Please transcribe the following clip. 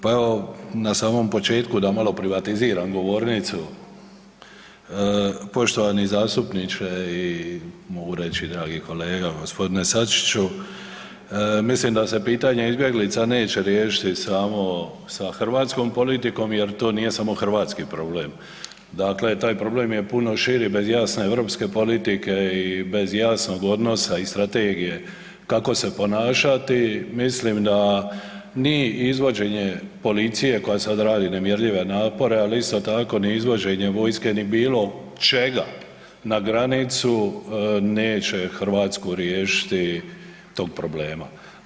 Pa evo na samom početku da malo privatiziram govornicu, poštovani zastupniče i mogu reći dragi kolega gospodine Sačiću, mislim da se pitanje izbjeglica neće riješiti samo sa hrvatskom politikom jer to nije samo hrvatski problem, dakle taj problem je puno širi bez ... i bez jasnog odnosa i strategije kako se ponašati, mislim da ni izvođenje policije koja sad radi nemjerljive napore, ali isto tako ni izvođenje vojske, ni bilo čega na granicu neće Hrvatsku riješiti tog problema.